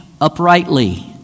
uprightly